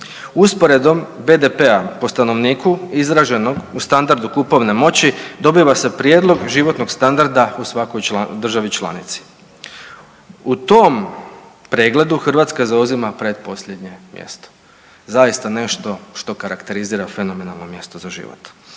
usporedbom BDP-a po stanovniku izraženog u standardu kupovne moći dobiva se prijedlog životnog standarda u svakoj državi članici. U tom pregledu Hrvatska zauzima pretposljednje mjesto. Zaista nešto što karakterizira fenomenalno mjesto za život.